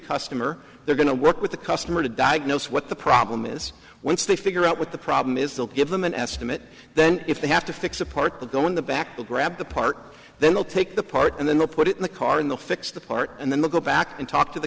customer they're going to work with the customer to diagnose what the problem is once they figure out what the problem is they'll give them an estimate then if they have to fix a part to go in the back to grab the part then they'll take the part and then they'll put it in the car in the fix the part and then they'll go back and talk to the